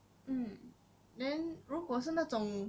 mm then 如果是那种